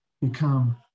become